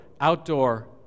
outdoor